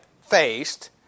faced